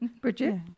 Bridget